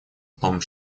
том